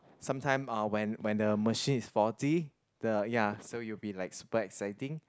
sometime uh when when the machine is faulty the ya so you will be like super exciting